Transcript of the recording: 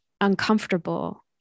uncomfortable